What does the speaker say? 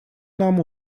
нам